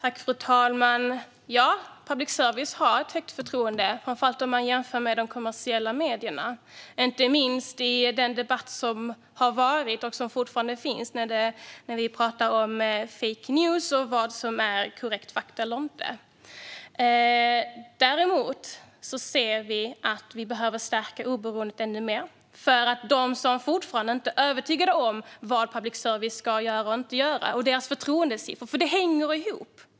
Fru talman! Ja, det finns ett högt förtroende för public service, framför allt om man jämför med de kommersiella medierna. Det gäller inte minst i den pågående debatten om fake news och vad som är korrekta fakta och inte. Vi ser dock att oberoendet behöver stärkas ännu mer för att de som fortfarande inte är övertygade om vad public service ska göra och inte göra ska få ökat förtroende. Allt detta hänger ihop.